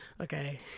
Okay